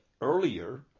earlier